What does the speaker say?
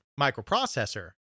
microprocessor